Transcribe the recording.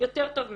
יותר טוב ממני,